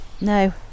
No